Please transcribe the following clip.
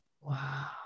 Wow